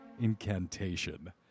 incantation